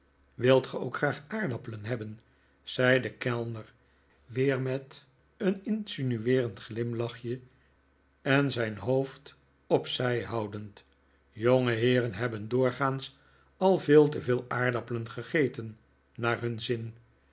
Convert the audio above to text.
wilt ge ook graag aardappelen hebben zei de kellner weer met een insinueerend glimlachje en zijn hoofd op zij houdend jongeheeren hebben doorgaans al veel te veel aardappelen gegeten naar hun zin